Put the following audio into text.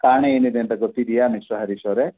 ಕಾರಣ ಏನಿದೆ ಅಂತ ಗೊತ್ತಿದೆಯಾ ಮಿಸ್ಟರ್ ಹರೀಶ್ ಅವರೇ